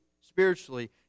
spiritually